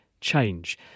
change –